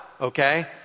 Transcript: Okay